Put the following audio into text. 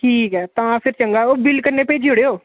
ठीक ऐ तां फेर चंगा ओह् बिल कन्नै भेजी उड़ेओ